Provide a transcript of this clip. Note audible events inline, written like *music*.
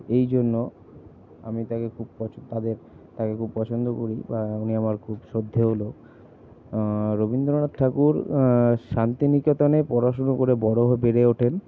এই জন্য আমি তাঁকে খুব *unintelligible* তাঁদের তাঁকে খুব পছন্দ করি বা উনি আমার খুব শ্রদ্ধেয় লোক রবীন্দ্রনাথ ঠাকুর শান্তিনিকেতনে পড়াশুনো করে বড় হয়ে বেড়ে ওঠেন